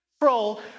control